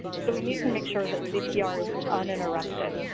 so, we need to make sure that cpr is uninterrupted.